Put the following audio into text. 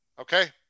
Okay